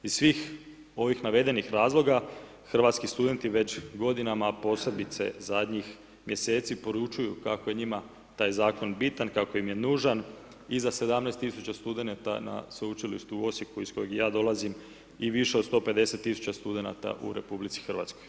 Iz svih navedenih razloga, hrvatski studenti već godinama, posebice zadnjih mjeseci, poručuju kako je njima taj zakon bitan, kako im je nužan, iza 17 tisuća studenta na Sveučilištu u Osijeku iz kojeg ja dolazim više od 150 tisuća studenata u RH.